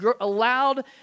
allowed